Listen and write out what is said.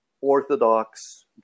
Orthodox